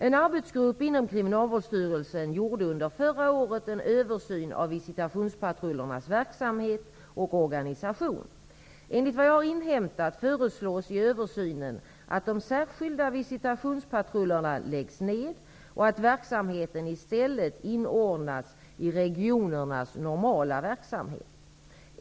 En arbetsgrupp inom Kriminalvårdsstyrelsen gjorde under förra året en översyn av visitationspatrullernas verksamhet och organisation. Enligt vad jag har inhämtat förslås i översynen att de särskilda visitationspatrullerna läggs ned och att verkamheten i stället inordnas i regionernas normala verksamhet.